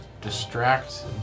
distract